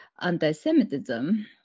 anti-Semitism